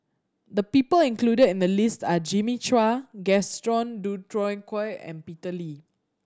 the people included in the list are Jimmy Chua Gaston Dutronquoy and Peter Lee